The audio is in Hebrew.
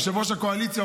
ראש הקואליציה,